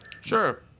Sure